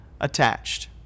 attached